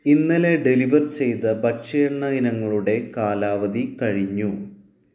ഇന്നലെ ഡെലിവർ ചെയ്ത ഭക്ഷ്യ എണ്ണ ഇനങ്ങളുടെ കാലാവധി കഴിഞ്ഞു